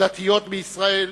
הדתיות בישראל,